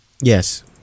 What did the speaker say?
yes